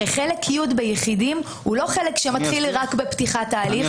הרי חלק י' ביחידים הוא לא חלק שמתחיל רק בפתיחת ההליך אלא